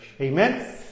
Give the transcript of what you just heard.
Amen